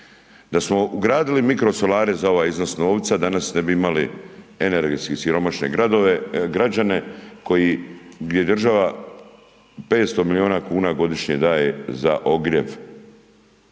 Da smo ugradili mikrosolare za ovaj iznos novca, danas ne bi imali energetski siromašne građane koji gdje država 500 milijuna kuna godišnje daje za ogrjev,